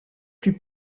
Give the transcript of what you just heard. plus